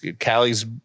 Callie's